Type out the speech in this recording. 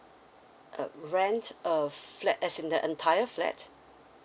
uh rent a flat as in the entire flat